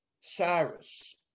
Cyrus